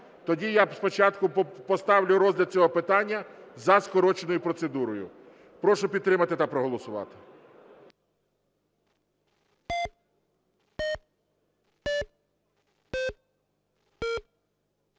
Тоді я спочатку поставлю розгляд цього питання за скороченою процедурою. Прошу підтримати та проголосувати.